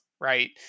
right